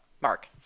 Mark